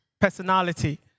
personality